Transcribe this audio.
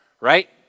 right